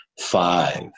five